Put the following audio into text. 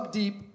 deep